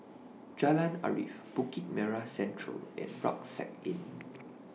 Jalan Arif Bukit Merah Central and Rucksack Inn